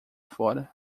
fora